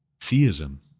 theism